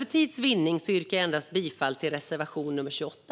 För tids vinnande yrkar jag dock bifall endast till reservation nr 28.